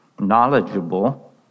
knowledgeable